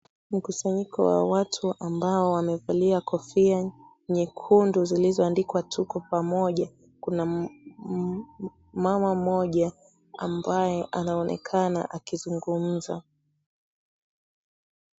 Mkusanyikowa watu ambao wamevalia kofia nyekundu zilizoandikwa tuko pamoja. Kuna mama mmoja ambaye anaonekana akizungumza.